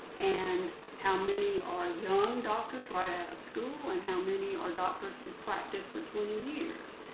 and how many are young doctors right out of school and how many are doctors who practiced for twenty years?